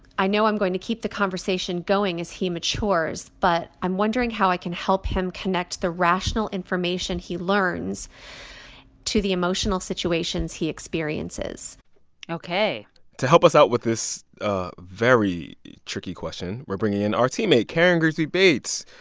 i know i'm going to keep the conversation going as he matures. but i'm wondering how i can help him connect the rational information he learns to the emotional situations he experiences ok to help us out with this ah very tricky question, we're bringing in our teammate karen grigsby bates.